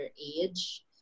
age